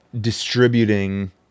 distributing